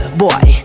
boy